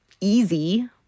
easy